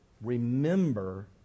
Remember